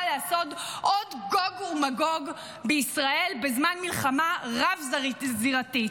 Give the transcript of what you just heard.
לעשות עוד גוג ומגוג בישראל בזמן מלחמה רב-זירתית.